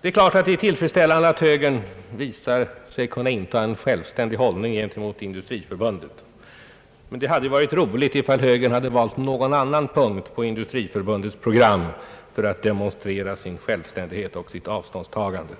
Det är klart att det är tillfredsställande att högern visar sig kunna inta en självständig hållning gentemot Industriförbundet, men det hade varit roligt om högern valt någon annan punkt på Industriförbundets program för att demonstrera sin självständighet och sitt avståndstagande.